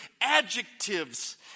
adjectives